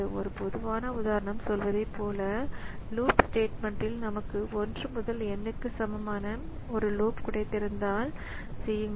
ஒரு பொதுவான உதாரணம் சொல்வதைப் போல லூப் ஸ்டேட்மெண்ட்ஸ் நமக்கு 1 முதல் n க்கு சமமான ஒரு லூப் கிடைத்திருந்தால் செய்யுங்கள்